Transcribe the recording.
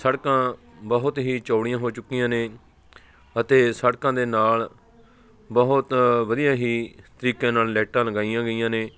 ਸੜਕਾਂ ਬਹੁਤ ਹੀ ਚੌੜੀਆਂ ਹੋ ਚੁੱਕੀਆਂ ਨੇ ਅਤੇ ਸੜਕਾਂ ਦੇ ਨਾਲ ਬਹੁਤ ਵਧੀਆ ਹੀ ਤਰੀਕੇ ਨਾਲ ਲਾਈਟਾਂ ਲਗਾਈਆਂ ਗਈਆਂ ਨੇ